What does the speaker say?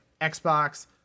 Xbox